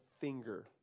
finger